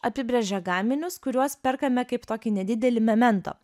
apibrėžia gaminius kuriuos perkame kaip tokį nedidelį memento